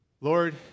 Lord